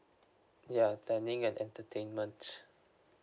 ya dining and entertainment